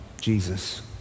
Jesus